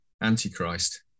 Antichrist